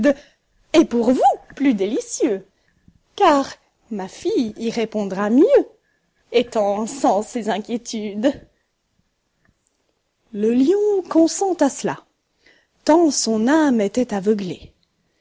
et pour vous plus délicieux car ma fille y répondra mieux étant sans ces inquiétudes le lion consent à cela tant son âme était aveuglée